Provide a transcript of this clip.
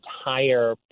entire